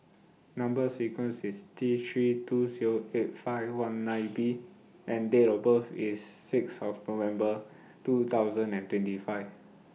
Number sequence IS T three two sell eight five one nine B and Date of birth IS six of November two thousand and twenty five